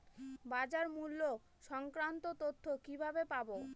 বাজার মূল্য সংক্রান্ত তথ্য কিভাবে পাবো?